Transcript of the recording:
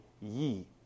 ye